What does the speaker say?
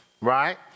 right